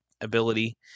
ability